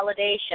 validation